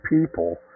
people